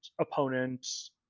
opponents